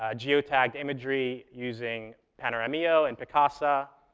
ah geotag imagery using panoramio and picasa,